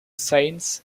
saints